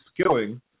Skilling